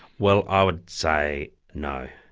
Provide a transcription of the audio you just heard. well i would say no.